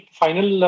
final